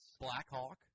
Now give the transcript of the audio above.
Blackhawk